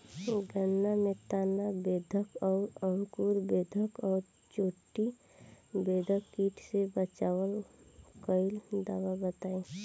गन्ना में तना बेधक और अंकुर बेधक और चोटी बेधक कीट से बचाव कालिए दवा बताई?